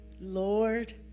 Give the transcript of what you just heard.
Lord